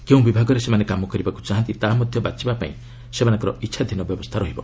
କେଉଁ ବିଭାଗରେ ସେମାନେ କାମ କରିବାକୁ ଚାହାନ୍ତି ତାହା ମଧ୍ୟ ବାଛିବା ପାଇଁ ସେମାନଙ୍କର ଇଚ୍ଛାଧୀନ ବ୍ୟବସ୍ଥା ରହିବ